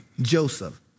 Joseph